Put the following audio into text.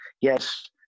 yes